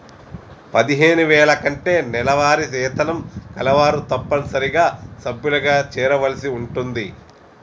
పదిహేను వేల కంటే నెలవారీ వేతనం కలవారు తప్పనిసరిగా సభ్యులుగా చేరవలసి ఉంటుంది